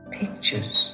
pictures